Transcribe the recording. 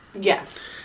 Yes